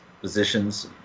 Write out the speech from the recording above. positions